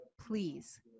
please